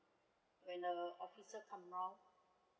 when the officer come around